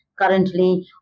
currently